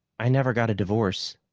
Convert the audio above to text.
i never got a divorce.